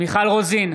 מיכל רוזין,